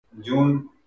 June